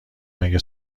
مگه